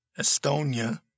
Estonia